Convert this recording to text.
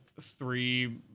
three